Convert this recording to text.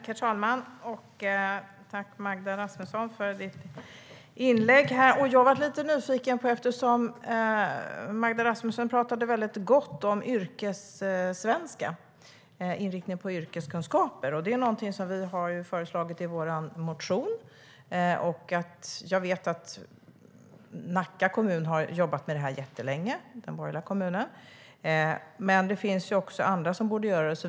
Herr talman! Tack, Magda Rasmusson, för ditt inlägg! Du pratade gott om yrkessvenska, alltså språkutbildning med inriktning på yrkeskunskaper, och det gjorde mig lite nyfiken. Det här är någonting som vi har föreslagit i vår motion. Jag vet att den borgerliga kommunen Nacka har jobbat länge med det här, och det finns andra som borde göra det.